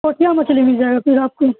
اور کیا مچھلی مل جائے گا پھر آپ کی